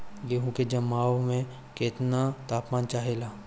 गेहू की जमाव में केतना तापमान चाहेला?